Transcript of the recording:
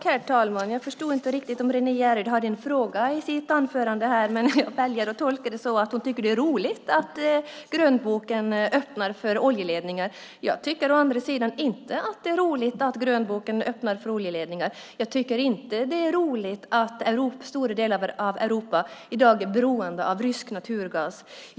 Herr talman! Jag förstod inte riktigt om Renée Jeryd hade en fråga i sin replik. Men jag väljer att tolka det som att hon tycker att det är roligt att grönboken öppnar för oljeledningar. Jag tycker å andra sidan inte att det är roligt att grönboken öppnar för oljeledningar. Jag tycker inte att det är roligt att stora delar av Europa i dag är beroende av rysk naturgas.